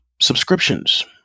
subscriptions